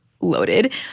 loaded